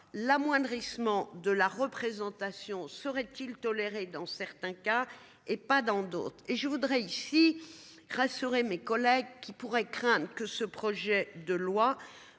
l'amoindrissement de la représentation serait-il toléré dans certains cas et pas dans d'autres et je voudrais ici rassurer mes collègues qui pourraient craindre que ce projet de loi